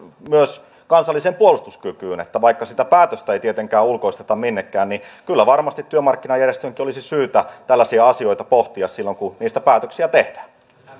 myös kansalliseen puolustuskykyyn vaikka sitä päätöstä ei tietenkään ulkoisteta minnekään niin kyllä varmasti työmarkkinajärjestöjenkin olisi syytä tällaisia asioita pohtia silloin kun niistä päätöksiä tehdään